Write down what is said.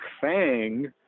fang